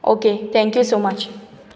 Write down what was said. okay thank you so much